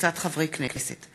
וקבוצת חברי הכנסת.